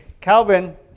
Calvin